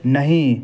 नहि